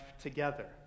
together